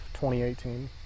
2018